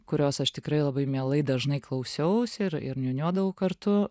kurios aš tikrai labai mielai dažnai klausiaus ir ir niūniuodavau kartu